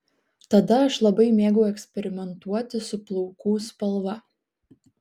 tada aš labai mėgau eksperimentuoti su plaukų spalva